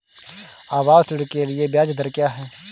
आवास ऋण के लिए ब्याज दर क्या हैं?